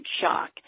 shock